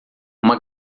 uma